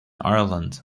ireland